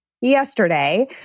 yesterday